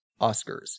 Oscars